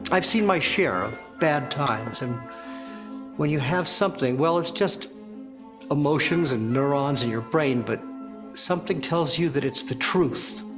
i've seen my share of bad times. and when you have something, well it's just emotions and neurons in your brain, but something tells you that it's the truth.